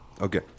Okay